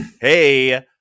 hey